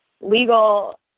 legal